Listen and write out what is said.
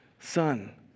Son